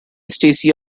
stacy